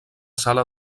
sala